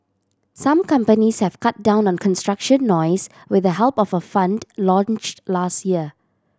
some companies have cut down on construction noise with the help of a fund launched last year